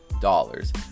dollars